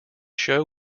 show